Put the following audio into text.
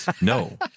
no